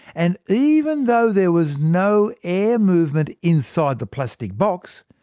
and even though there was no air movement inside the plastic box,